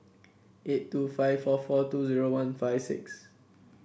eight two five four four two zero one five six